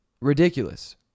Ridiculous